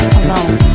alone